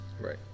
Right